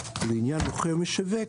ולעניין מוכר או משווק,